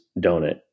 donut